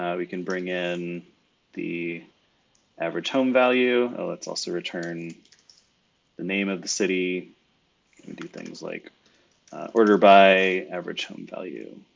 um we can bring in the average home value, let's also return the name of the city. let me do things like order by average home value,